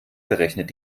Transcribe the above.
berechnet